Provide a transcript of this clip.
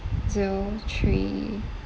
zero three